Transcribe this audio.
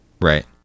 right